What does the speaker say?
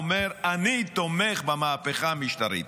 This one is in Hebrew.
אם היושב-ראש שלה היה אומר: אני תומך במהפכה המשטרתית,